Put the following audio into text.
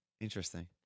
Interesting